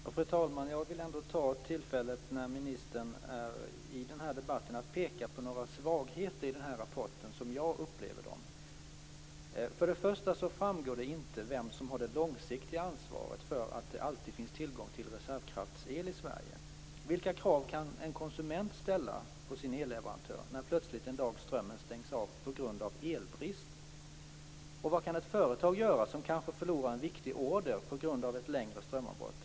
Fru talman! Jag vill passa på tillfället och peka på några svagheter i rapporten som jag upplever dem. För det första så framgår inte vem som har det långsiktiga ansvaret för att det alltid finns tillgång till reservkraftsel i Sverige. Vilka krav kan en konsument ställa på sin elleverantör när plötsligt en dag strömmen stängs av på grund av elbrist? Vad kan ett företag göra som kanske förlorar en viktig order på grund av ett längre strömavbrott?